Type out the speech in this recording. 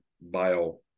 bio